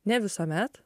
ne visuomet